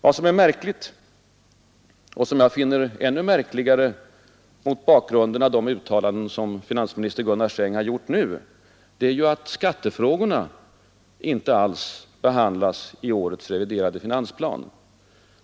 Vad som är märkligt — och som jag finner ännu märkligare mot bakgrund av de uttalanden som finansminister Gunnar Sträng har gjort nu — är att skattefrågorna inte alls behandlats i årets reviderade finansplan.